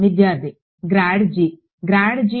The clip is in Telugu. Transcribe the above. విద్యార్థి గ్రాడ్ జి